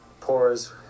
pores